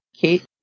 Kate